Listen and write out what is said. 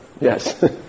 yes